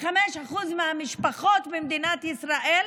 25% מהמשפחות במדינת ישראל,